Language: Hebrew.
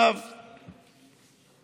הכנסת (תיקון מס' 47),